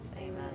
Amen